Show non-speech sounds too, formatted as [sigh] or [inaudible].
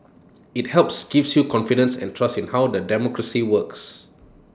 [noise] IT helps gives you confidence and trust in how the democracy works